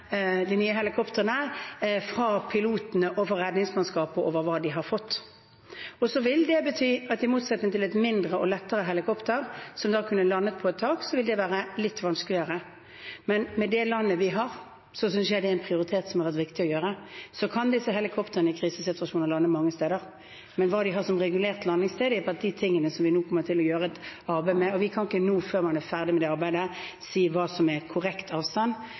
fra pilotene og redningsmannskapene av hva de har fått. I motsetning til et mindre og lettere helikopter, som kunne landet på et tak, vil det være litt vanskeligere. Men med det landet vi har, synes jeg det er en prioritering som har vært viktig å gjøre. Disse helikoptrene kan i krisesituasjoner lande mange steder, men hva de har som regulert landingssted, er blant de tingene vi nå kommer til å gjøre et arbeid med. Vi kan ikke nå, før man er ferdig med det arbeidet, si hva som er korrekt avstand,